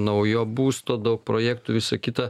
naujo būsto daug projektų visą kitą